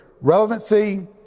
relevancy